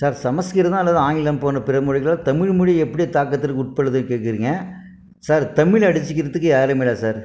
sir சம்ஸ்கிருதம் அல்லது ஆங்கிலம் போன்ற பிறமொழிகள் தமிழ் மொழியை எப்படி தாக்கத்திற்கு உட்படுத்துன்னு கேட்குறீங்க சார் தமிழை அடிச்சுக்கிறத்து யாரும் இல்லை சார்